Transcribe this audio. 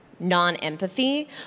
non-empathy